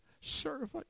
servant